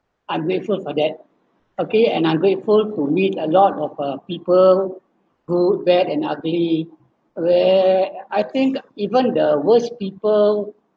I'm grateful for that okay and I'm grateful to meet a lot of uh people good bad and ugly where I think even the worst people